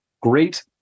great